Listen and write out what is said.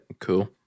Cool